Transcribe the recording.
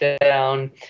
down